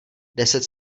deset